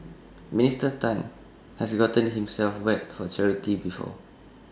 Minister Tan has gotten himself wet for charity before